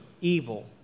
evil